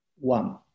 One